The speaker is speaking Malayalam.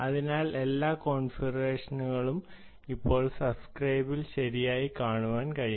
അതിനാൽ എല്ലാ കോൺഫിഗറേഷനുകളും ഇപ്പോൾ സബ്സ്ക്രൈബറിൽ ശരിയായി കാണിക്കാൻ കഴിയും